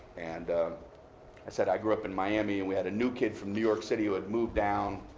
and i said i grew up in miami. and we had a new kid from new york city who had moved down,